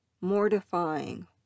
mortifying